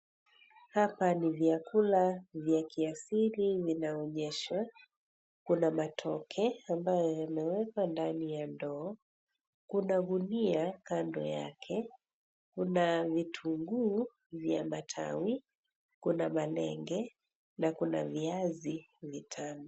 Hapa ni vyakula vya kiasili vinaonyeshwa. Kuna matoke ambayo yamewekwa ndani ya ndoo, kuna gunia kando yake, kuna vitunguu vya matawi, kuna makenge na kuna viazi vitamu.